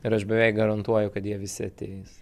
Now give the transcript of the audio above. ir aš beveik garantuoju kad jie visi ateis